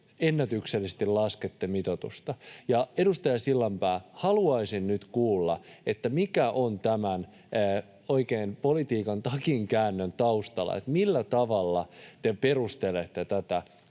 ennätyksellisesti laskette mitoitusta. Edustaja Sillanpää, haluaisin nyt kuulla, mikä oikein on tämän politiikan takinkäännön taustalla, millä tavalla te perustelette tätä